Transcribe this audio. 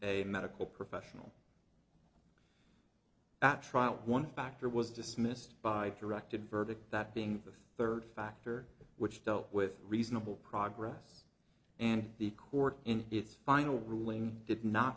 a medical professional at trial one factor was dismissed by directed verdict that being the third factor which dealt with reasonable progress and the court in its final ruling did not